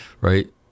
right